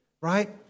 right